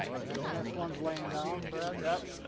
and then the next one's laying down brad